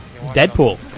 Deadpool